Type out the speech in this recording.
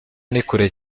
nikure